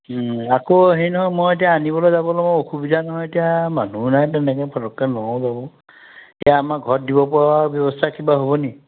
আকৌ হেৰি নহয় মই এতিয়া আনিবলৈ যাবলৈ অসুবিধা নহয় এতিয়া মানুহ নাই তেনেকে পতককে এতিয়া আমাৰ ঘৰত দিব পৰা ব্যৱস্থা কিবা হ'বনি